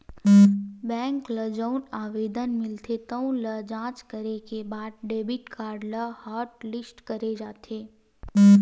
bank ल जउन आवेदन मिलथे तउन ल जॉच करे के बाद डेबिट कारड ल हॉटलिस्ट करे जाथे